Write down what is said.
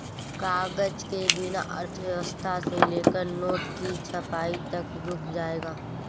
कागज के बिना अर्थव्यवस्था से लेकर नोट की छपाई तक रुक जाएगा